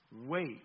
wait